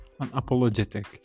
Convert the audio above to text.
unapologetic